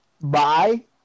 bye